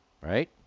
Right